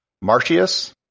Martius